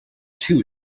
too